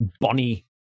Bonnie